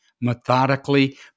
methodically